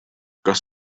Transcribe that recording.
kas